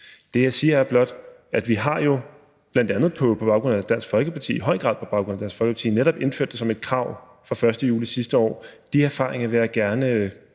Det, jeg siger, er blot, at vi jo – bl.a. på grund af Dansk Folkeparti, i høj grad på grund af Dansk Folkeparti – netop har indført det som et krav fra den 1. juli sidste år. De erfaringer vil jeg gerne